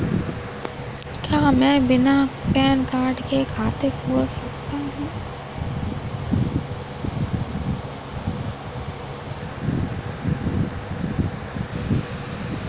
क्या मैं बिना पैन कार्ड के खाते को खोल सकता हूँ?